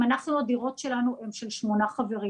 אם אנחנו הדירות שלנו הם של שמונה חברים,